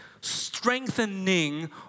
strengthening